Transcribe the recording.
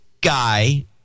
guy